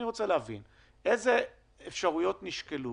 איזה אפשרויות נשקלו